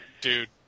Dude